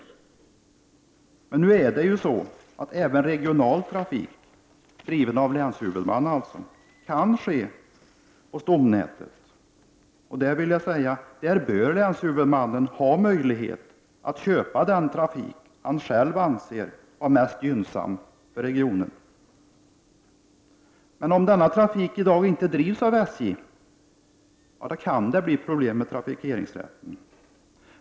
Men även regional trafik, driven av länshuvudmannen, kan ske på stomnätet, och länshuvudmannen bör ha möjlighet att köpa den trafik han själv anser vara mest gynnsam för regionen. Om denna trafik i dag inte drivs av SJ kan det bli problem med trafikeringsrätten.